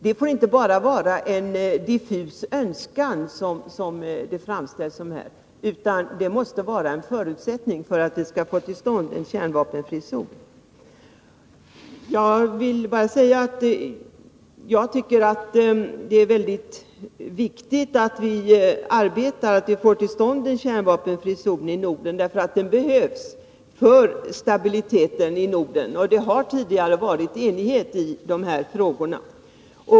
Det får inte vara en diffus önskan, utan det måste vara en förutsättning för en kärnvapenfri zon. Jag tycker att det är mycket viktigt att vi får till stånd en kärnvapenfri zon i Norden. Den behövs för stabiliteten där. Tidigare har det också rått enighet i dessa frågor.